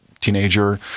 teenager